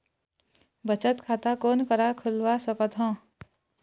बचत खाता कोन करा खुलवा सकथौं?